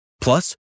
Plus